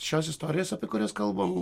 šios istorijos apie kurias kalbam